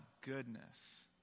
goodness